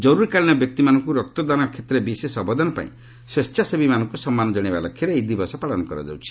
ଜର୍ରୀକାଳୀନ ବ୍ୟକ୍ତିମାନଙ୍କୁ ରକ୍ତଦାନ କ୍ଷେତ୍ରରେ ବିଶେଷ ଅବଦାନ ପାଇଁ ସ୍ୱେଚ୍ଛାସେବୀମାନଙ୍କୁ ସମ୍ମାନ ଜଣାଇବା ଲକ୍ଷ୍ୟରେ ଏହି ଦିବସ ପାଳନ କରାଯାଉଛି